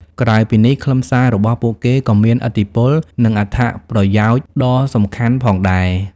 ក្រៅពីនេះ ខ្លឹមសាររបស់ពួកគេក៏មានឥទ្ធិពល និងអត្ថប្រយោជន៍ដ៏សំខាន់ផងដែរ។